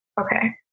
Okay